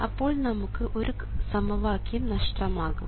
അപ്പോൾ നമുക്ക് ഒരു സമവാക്യം നഷ്ടമാകും